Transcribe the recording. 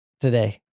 today